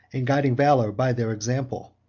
and guiding valor by their example.